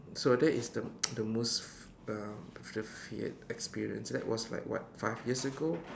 so that is the the most um the feared experience that was like what five years ago